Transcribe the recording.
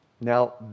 Now